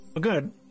good